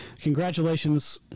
Congratulations